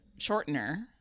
shortener